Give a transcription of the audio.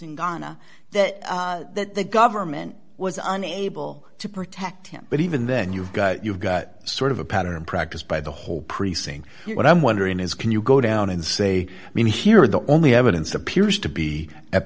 ghana that the government was unable to protect him but even then you've got you've got sort of a pattern practice by the whole precinct what i'm wondering is can you go down and say i mean here the only evidence appears to be at